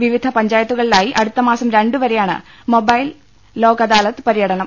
വിവിധ പഞ്ചായത്തുകളിലായി അടുത്തമാസം രണ്ടുവ രെയാണ് മൊബൈൽ ലോക് അദാലത്ത് പര്യടനം